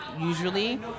usually